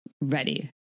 Ready